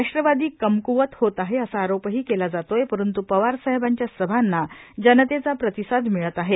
राष्ट्रवादी कमक्वत होत आहे असा आरोपही केला जातोय परंतु पवारसाहेबांच्या जनतेचा प्रतिसाद मिळत आहे